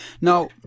Now